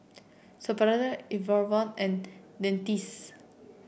Supravit Enervon and Dentiste